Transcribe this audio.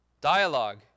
Dialogue